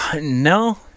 No